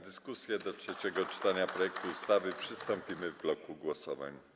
Do trzeciego czytania projektu ustawy przystąpimy w bloku głosowań.